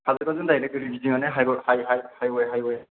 खाजलगाव जों दायरेग ओरै गिदिंनानै हायरद हाय हाय हायवे हायवे